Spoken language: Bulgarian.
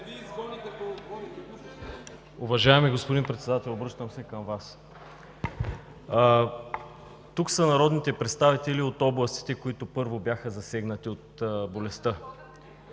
Уважаеми господин Председател, обръщам се към Вас. Тук са народните представители от областите, които първо бяха засегнати от болестта.